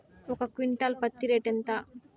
ఒక క్వింటాలు పత్తి రేటు ఎంత?